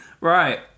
Right